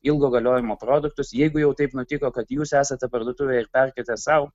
ilgo galiojimo produktus jeigu jau taip nutiko kad jūs esate parduotuvėj ir perkatės sau